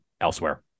elsewhere